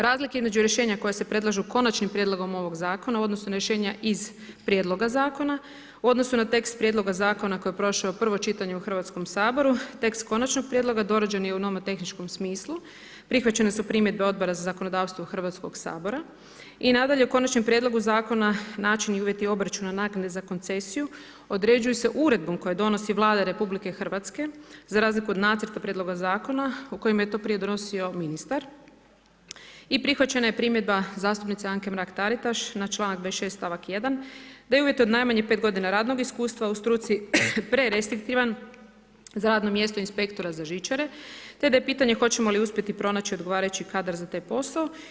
Razlike između rješenja koja se predlažu konačnim prijedlogom ovog zakona, odnosno, na rješenja iz prijedloga zakona, u odnosu na tekst prijedloga Zakona koji je prošao prvo čitanje u Hrvatskom saboru, tekst konačnog prijedloga, dorađen je u nomotehničkom smislu, prihvaćene su primjedbe Odbora za zakonodavstvo Hrvatskog sabora i nadalje u konačnom prijedlogu zakona, način i uvjeti obračunu naknade za koncesiju određuju se uredbom koje donosi Vlada RH za razliku od nacrta prijedloga zakona u kojemu je to prije donosio ministar i prihvaćena je primjedba zastupnice Anke Mrak-Taritaš na članak 26 stavak 1 da je uvjet od najmanje 5 godina radnog iskustva u struci prerestriktivan za radno mjesto inspektora za žičare te da je pitanje hoćemo li uspjeti pronaći odgovarajući kadar za taj posao.